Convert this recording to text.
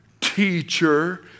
teacher